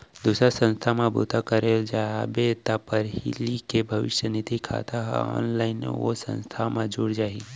दूसर संस्था म बूता करे ल जाबे त पहिली के भविस्य निधि खाता ह ऑनलाइन ओ संस्था म जुड़ जाही